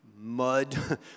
mud